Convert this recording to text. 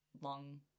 long